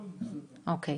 טוב.